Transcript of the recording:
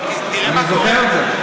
אני זוכר את זה.